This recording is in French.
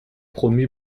promu